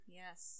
yes